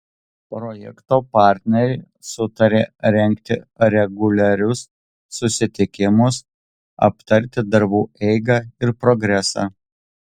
projekto partneriai sutarė rengti reguliarius susitikimus aptarti darbų eigą ir progresą